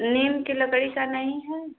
नीम की लकड़ी का नहीं है